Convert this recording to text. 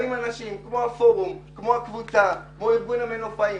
באים אנשים כמו הפורום והקבוצה כמו ארגון המנופאים,